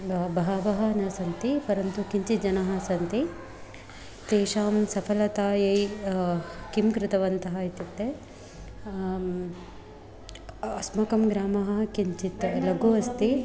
ब बहवः न सन्ति परन्तु किञ्चित् जनाः सन्ति तेषां सफलतायै किं कृतवन्तः इत्युक्ते अस्माकं ग्रामः किञ्चित् लघु अस्ति